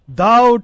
Thou